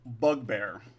bugbear